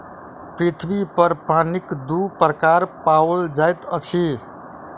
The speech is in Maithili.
पृथ्वी पर पानिक दू प्रकार पाओल जाइत अछि